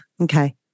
Okay